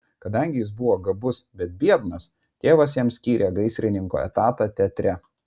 kadangi jis buvo gabus bet biednas tėvas jam skyrė gaisrininko etatą teatre